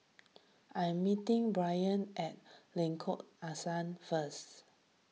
I am meeting Braiden at Lengkok Angsa first